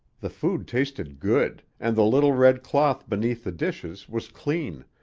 the food tasted good and the little red cloth beneath the dishes was clean,